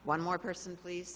one more person please